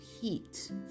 heat